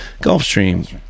Gulfstream